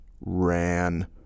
ran